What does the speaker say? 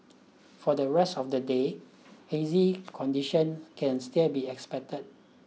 for the rest of the day hazy condition can still be expected